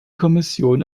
kommission